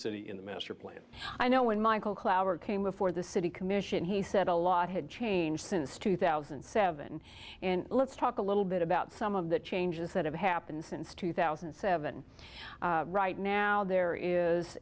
city in the master plan i know when michael clough or came before the city commission he said a lot had changed since two thousand and seven and let's talk a little bit about some of the changes that have happened since two thousand and seven right now there is